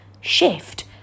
shift